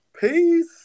Peace